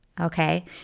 Okay